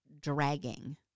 dragging